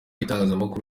itangazamakuru